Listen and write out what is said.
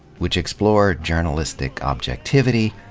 which explore journalistic objectivity,